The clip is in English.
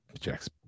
Jack's